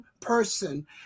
person